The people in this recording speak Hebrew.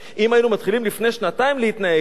אם היינו מתחילים לפני שנתיים להתנהג כך,